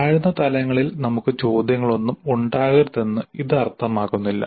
താഴ്ന്ന തലങ്ങളിൽ നമുക്ക് ചോദ്യങ്ങളൊന്നും ഉണ്ടാകരുതെന്ന് ഇത് അർത്ഥമാക്കുന്നില്ല